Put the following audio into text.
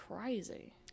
crazy